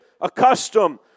accustomed